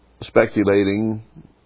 speculating